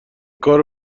کارو